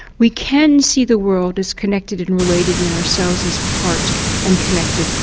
we can see the world as connected and related and ourselves as part and connected.